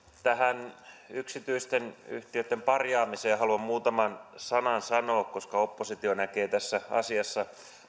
tästä yksityisten yhtiöitten parjaamisesta haluan muutaman sanan sanoa koska oppositio näkee tässä asiassa